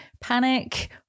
panic